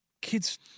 kids